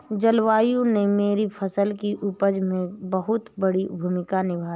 जलवायु ने मेरी फसल की उपज में बहुत बड़ी भूमिका निभाई